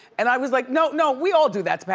and i was like, no, no, we all do that.